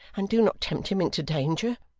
and do not tempt him into danger